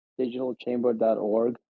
digitalchamber.org